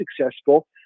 successful